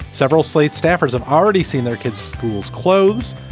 several slate staffers have already seen their kids schools, clothes.